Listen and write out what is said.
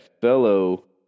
fellow